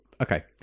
okay